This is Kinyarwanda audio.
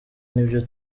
nibyo